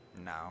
No